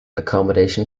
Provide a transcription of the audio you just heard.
accommodation